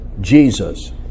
Jesus